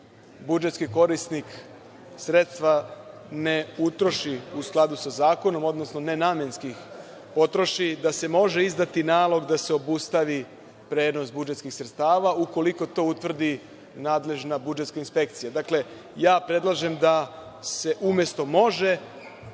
budžetski korisnik sredstva ne utroši u skladu sa zakonom, odnosno nenamenski potroši, da se može izdati nalog da se obustavi prenos budžetskih sredstava, ukoliko to utvrdi nadležna budžetska inspekcija. Dakle, ja predlažem da se umesto „može“